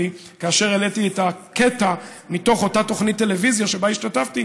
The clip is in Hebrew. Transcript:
כאשר העליתי את הקטע מתוך אותה תוכנית טלוויזיה שבה השתתפתי,